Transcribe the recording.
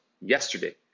yesterday